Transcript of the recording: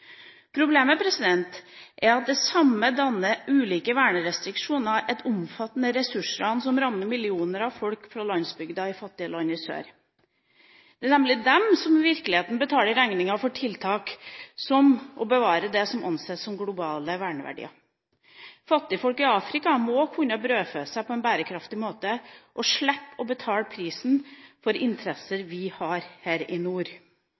Problemet er at til sammen danner ulike vernerestriksjoner et omfattende ressursran som rammer millioner av folk på landsbygda i fattige land i sør. Det er nemlig de som i virkeligheten betaler regninga for tiltak for å bevare det som anses som globale verneverdier. Fattigfolk i Afrika må kunne brødfø seg på en bærekraftig måte og slippe å betale prisen for interesser vi har her i nord.